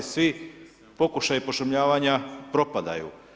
Svi pokušaji pošumljavanja propadaju.